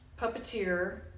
Puppeteer